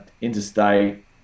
Interstate